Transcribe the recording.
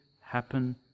happen